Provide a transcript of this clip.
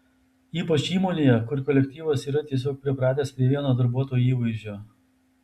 ypač įmonėje kur kolektyvas yra tiesiog pripratęs prie vieno darbuotojo įvaizdžio